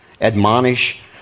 admonish